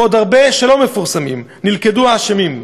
ועוד הרבה שלא פורסמו, נלכדו האשמים,